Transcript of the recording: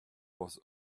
was